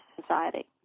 Society